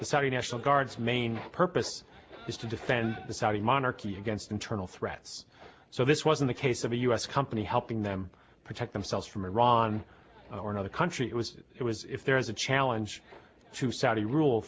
the saudi national guards main purpose is to defend the saudi monarchy against internal threats so this wasn't a case of a u s company helping them protect themselves from iran or another country it was it was if there is a challenge to saudi rule